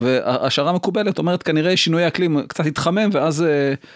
וההשערה המקובלת אומרת כנראה שינוי אקלים קצת יתחמם, ואז...